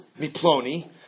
miploni